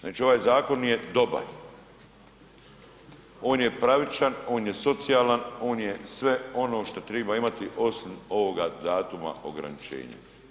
Znači ovaj zakon je dobar, on je pravičan, on je socijalan, on je sve ono šta triba imati osim ovoga datuma ograničenja.